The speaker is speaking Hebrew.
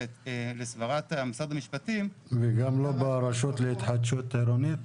גם לא ברשות להתחדשות העירונית?